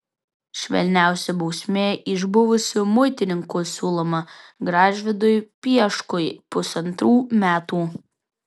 švelniausia bausmė iš buvusių muitininkų siūloma gražvydui pieškui pusantrų metų